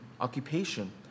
occupation